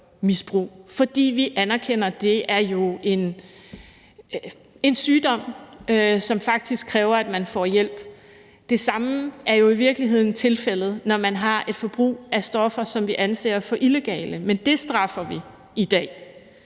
fordi vi anerkender, at det jo er en sygdom, som faktisk kræver, at man får hjælp. Det samme er jo i virkeligheden tilfældet, når man har et forbrug af stoffer, som vi anser for illegale, men det straffer vi i dag,